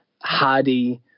hardy